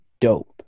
dope